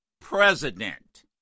president